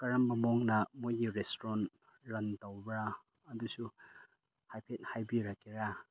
ꯀꯔꯝꯕ ꯃꯑꯣꯡꯗ ꯃꯣꯏꯒꯤ ꯔꯦꯁꯇꯨꯔꯦꯟ ꯔꯟ ꯇꯧꯕ꯭ꯔꯥ ꯑꯗꯨꯁꯨ ꯍꯥꯏꯐꯦꯠ ꯍꯥꯏꯕꯤꯔꯛꯀꯦꯔꯥ